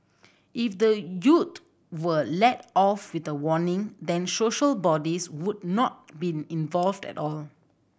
if the youth were let off with a warning then social bodies would not been involved at all